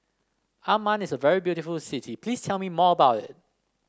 Amman is a very beautiful city please tell me more about it